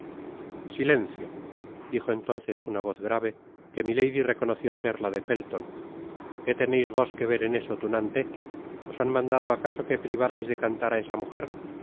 silencio i dijo entonces una voz grave que milady reconoció ser la de felton qué teneis vos que ver en eso tunante os han mandado acaso que privarais de cantar á esa mujer